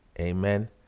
amen